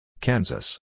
Kansas